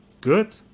good